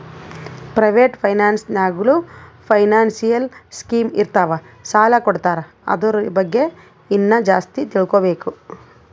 private finance ನಾಗ್ನೂ financial scheme ಇರ್ತಾವ್ ಸಾಲ ಕೊಡ್ತಾರ ಅದುರ್ ಬಗ್ಗೆ ಇನ್ನಾ ಜಾಸ್ತಿ ತಿಳ್ಕೋಬೇಕು